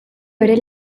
bere